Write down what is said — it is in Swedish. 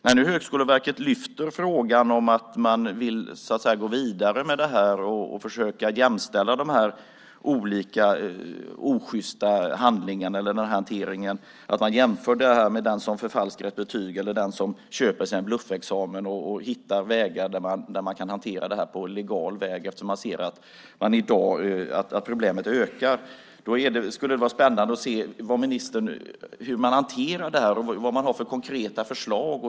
När nu Högskoleverket lyfter fram frågan om att gå vidare med detta och vill försöka jämställa de olika osjysta hanteringarna - man jämför den som förfalskar betyg eller köper sig en bluffexamen - och hitta vägar att hantera detta på legal väg eftersom man ser att problemet ökar, skulle det vara spännande att höra hur ministern vill hantera detta. Vad har man för konkreta förslag?